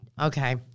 Okay